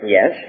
Yes